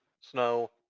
snow